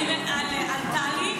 על טלי,